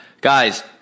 Guys